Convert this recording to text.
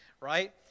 Right